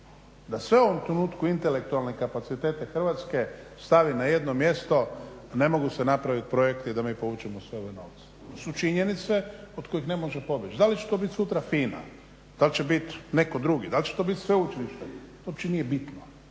Da sve u ovom trenutku intelektualne kapacitete Hrvatske stavi na jedno mjesto ne mogu se napravit projekti da mi povučemo sve ove novce. To su činjenice od kojih ne može pobjeći. Dal će to bit sutra FINA, dal će bit netko drugi, dal će to bit sveučilište, to uopće nije bitno,